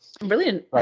Brilliant